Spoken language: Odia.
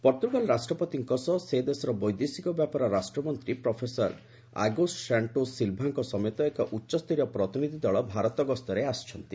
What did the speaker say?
ପର୍ତ୍ତୃଗାଲ ରାଷ୍ଟ୍ରପତିଙ୍କ ସହ ସେ ଦେଶର ବୈଦେଶିକ ବ୍ୟାପାର ରାଷ୍ଟ୍ରମନ୍ତ୍ରୀ ପ୍ରଫେସର ଅଗୋଷ୍ଟ ସାଷ୍ଟୋସ୍ ସିଲଭାଙ୍କ ସମେତ ଏକ ଉଚ୍ଚସ୍ତରୀୟ ପ୍ରତିନିଧି ଦଳ ଭାରତ ଗସ୍ତରେ ଆସିଛନ୍ତି